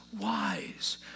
wise